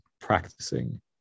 practicing